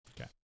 Okay